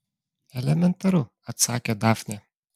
elementaru atsakė dafnė